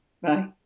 Bye